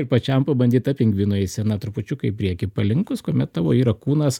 ir pačiam pabandyt tą pingvinų eiseną trupučiuką į priekį palinkus kuomet tavo yra kūnas